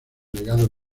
legado